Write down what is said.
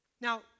Now